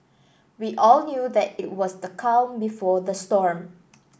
we all knew that it was the calm before the storm